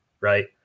right